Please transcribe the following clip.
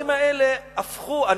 שוב,